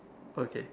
okay